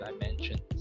dimensions